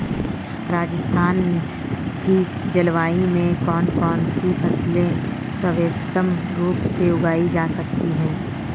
राजस्थान की जलवायु में कौन कौनसी फसलें सर्वोत्तम रूप से उगाई जा सकती हैं?